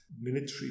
military